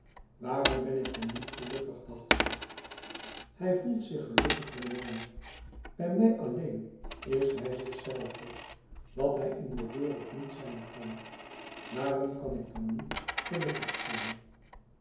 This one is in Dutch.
waarom ben ik dan niet gelukkig dacht ze hij voelt zich gelukkig bij mij bij mij alleen is hij zichzelve wat hij in de wereld niet zijn kan waarom kan ik dan niet gelukkig zijn